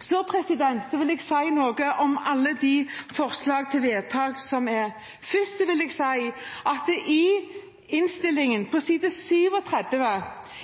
Så vil jeg si noe om alle de forslag til vedtak som foreligger. Først vil jeg si at det